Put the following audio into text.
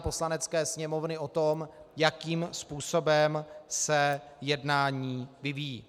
Poslanecké sněmovny o tom, jakým způsobem se jednání vyvíjí.